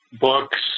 Books